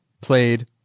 played